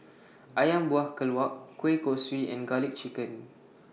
Ayam Buah Keluak Kueh Kosui and Garlic Chicken